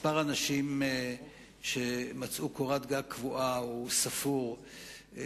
האנשים שמצאו קורת-גג קבועה הם ספורים.